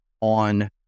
on